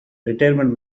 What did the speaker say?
retirement